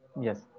Yes